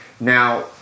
Now